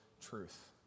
truth